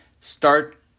start